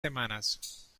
semanas